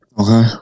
Okay